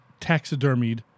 taxidermied